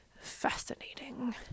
fascinating